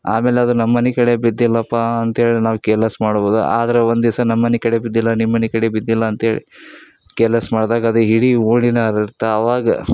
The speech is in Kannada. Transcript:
ಆಮೇಲೆ ಅದು ನಮ್ಮ ಮನೆ ಕಡೆ ಬಿದ್ದಿಲ್ಲಪ್ಪ ಅಂತೇಳಿ ನಾವು ಕೇರ್ಲೆಸ್ ಮಾಡ್ಬೋದು ಆದ್ರೆ ಒಂದು ದಿವಸ ನಮ್ಮ ಮನೆ ಕಡೆ ಬಿದ್ದಿಲ್ಲ ನಿಮ್ಮ ಮನೆ ಕಡೆ ಬಿದ್ದಿಲ್ಲ ಅಂತೇಳಿ ಕೇರ್ಲೆಸ್ ಮಾಡಿದಾಗ ಅದು ಇಡೀ ಓಣಿನೇ ಹರ್ಡ್ತ ಅವಾಗ